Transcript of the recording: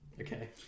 Okay